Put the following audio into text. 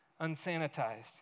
unsanitized